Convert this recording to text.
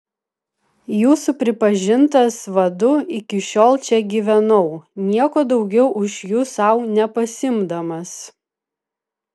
jūsų pripažintas vadu iki šiol čia gyvenau nieko daugiau už jus sau nepasiimdamas